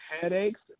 Headaches